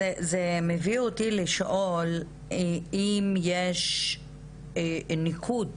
זה מביא אותי לשאול אם יש ניקוד